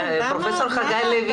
פרופ' חגי לוין,